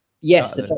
Yes